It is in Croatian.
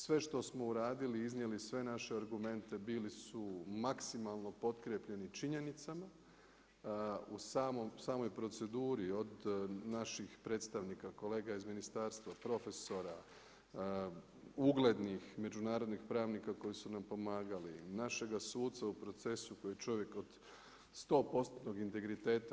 Sve što smo uradili iznijeli sve naše argumente bili su maksimalno potkrijepljeni činjenicama u samoj proceduri od naših predstavnika kolega iz ministarstva, profesora, uglednih međunarodnih pravnika koji su nam pomagali, našega suca u procesu koji je čovjek od sto postotnog integriteta.